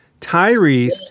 Tyrese